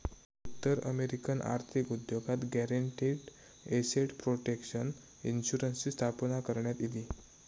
उत्तर अमेरिकन आर्थिक उद्योगात गॅरंटीड एसेट प्रोटेक्शन इन्शुरन्सची स्थापना करण्यात इली